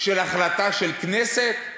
של החלטה של כנסת?